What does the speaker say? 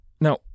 Now